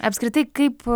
apskritai kaip